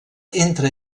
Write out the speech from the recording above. entre